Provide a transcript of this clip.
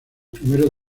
primeros